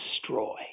destroy